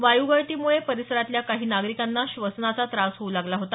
वायू गळतीमुळे परिसरातल्या काही नागरिकांना श्वसनाचा त्रास होवू लागला होता